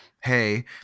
Hey